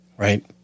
Right